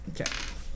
Okay